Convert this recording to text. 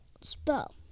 spell